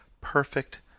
perfect